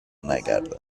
نگردم